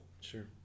sure